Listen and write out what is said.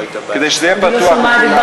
כדי שזה יהיה פתוח לכולם.